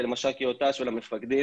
ברשויות שבהן פועל ניצוץ,